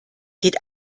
geht